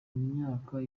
myaka